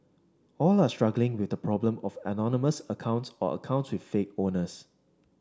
all are struggling with the problem of anonymous accounts or accounts with fake owners